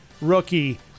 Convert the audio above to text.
rookie